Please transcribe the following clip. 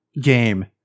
game